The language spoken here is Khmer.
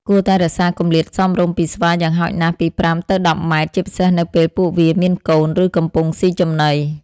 គួរតែរក្សាគម្លាតសមរម្យពីស្វាយ៉ាងហោចណាស់ពី ៥ ទៅ ១០ ម៉ែត្រ ជាពិសេសនៅពេលពួកវាមានកូន ឬកំពុងស៊ីចំណី។